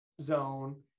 zone